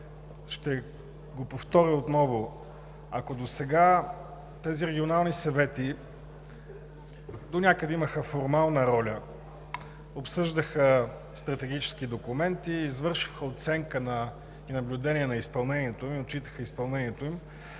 Ще повторя отново, ако досега тези регионални съвети донякъде имаха формална роля – обсъждаха стратегически документи, извършваха оценка и наблюдение на изпълнението и отчитаха изпълнението им,